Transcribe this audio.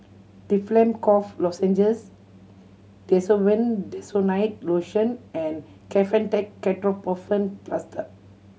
Difflam Cough Lozenges Desowen Desonide Lotion and Kefentech Ketoprofen Plaster